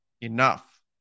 enough